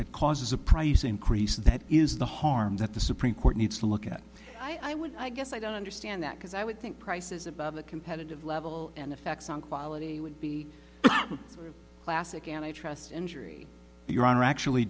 that causes a price increase that is the harm that the supreme court needs to look at i would i guess i don't understand that because i would think prices above the competitive level and effects on quality would be classic and i trust injury your honor actually